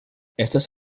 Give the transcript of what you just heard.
estos